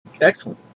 Excellent